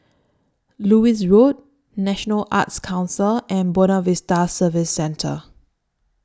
Lewis Road National Arts Council and Buona Vista Service Centre